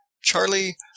Charlie